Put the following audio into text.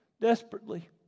desperately